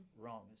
Wrong